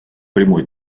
прямой